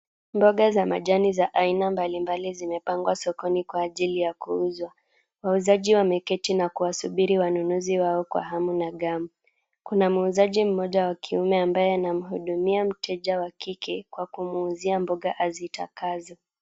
Mboga za majani za aina mbalimbali zimepangwa sokoni kwa ajili ya kuuzwa. Wauzaji wameketi na kuwasubiri wanunuzi wao kwa hamu na ghamu. Kuna muuzaji mmoja wa kiume ambaye anamhudumia mteja wa kike kwa kumuuzia mboga azitakazo.